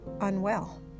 unwell